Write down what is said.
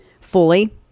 fully